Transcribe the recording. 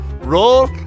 roll